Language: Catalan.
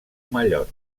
mallot